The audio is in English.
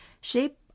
shape